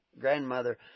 grandmother